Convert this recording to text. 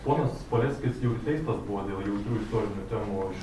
ponas paleckis jau teistas buvo dėl jautrių istorinių temų